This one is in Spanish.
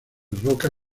roca